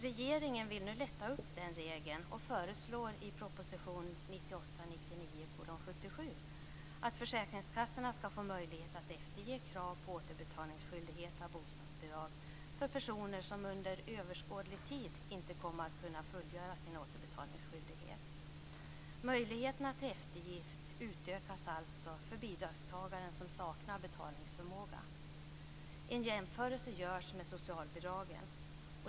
Regeringen vill nu lätta upp den regeln och föreslår i proposition 1998/99:77 att försäkringskassorna skall få möjlighet att efterge krav på återbetalningsskyldighet av bostadsbidrag för personer som under överskådlig tid inte kommer att kunna fullgöra sin återbetalningsskyldighet. Möjligheterna till eftergift utökas alltså för bidragstagare som saknar betalningsförmåga. En jämförelse görs med socialbidragen.